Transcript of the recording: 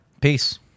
Peace